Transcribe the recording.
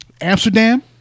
Amsterdam